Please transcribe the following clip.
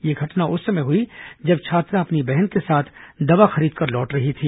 यह घटना उस समय हुई जब छात्रा अपनी बहन के साथ दवा खरीदकर लौट रही थी